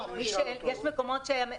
מי שאין לו, אז ימשיך שלא יהיה לו.